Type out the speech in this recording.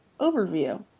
overview